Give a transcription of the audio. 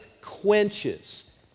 quenches